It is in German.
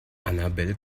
annabel